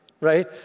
right